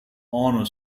honor